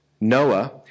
Noah